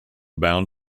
bound